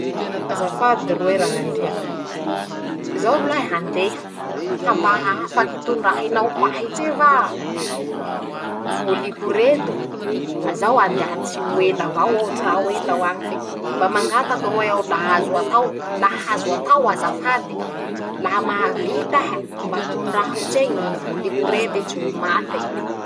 Azafady roe rañandria, zao rolahy handeha, ka mba afaky tondrahinao ho ahy tse va, voliko reto, zaho handeha tsy Ho ela avao aho, tsy ra ho ela aho añy fe, mba mangataky roahy aho la azo atao, laha azo atao azafady, laha mahavit'eha mba tondraho tse ñy voliko rety tsy ho mate.